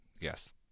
yes